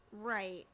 Right